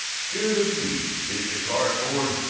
steer the feet, get the card board,